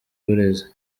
uburezi